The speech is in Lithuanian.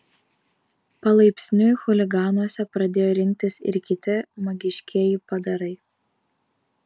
palaipsniui chuliganuose pradėjo rinktis ir kiti magiškieji padarai